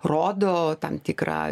rodo tam tikrą